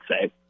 say